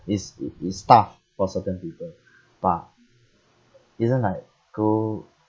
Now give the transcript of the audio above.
it's i~ it's tough for certain people but this [one] like go